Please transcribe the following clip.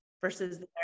versus